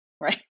right